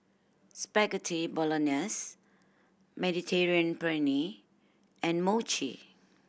Spaghetti Bolognese Mediterranean Penne and Mochi